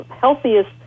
healthiest